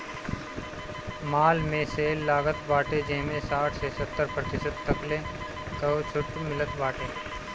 माल में सेल लागल बाटे जेमें साठ से सत्तर प्रतिशत तकले कअ छुट मिलत बाटे